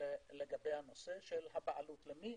בנושא הבעלות למי